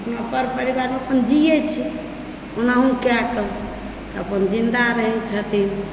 अपना पर परिवारमे अपन जियै छै कोनाहु कए कऽ अपन जिन्दा रहए छथिन